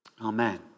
Amen